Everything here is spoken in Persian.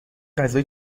غذا